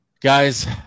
guys